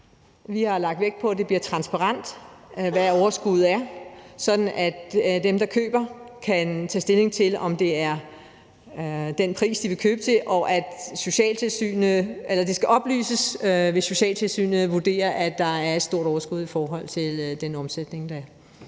Vi har lagt vægt på, at det bliver transparent, hvor stort overskuddet er, sådan at dem, der køber, kan tage stilling til, om det er den pris, de vil købe til, og at det skal oplyses, hvis socialtilsynet vurderer, at der er et stort overskud i forhold til den omsætning, der er.